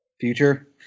future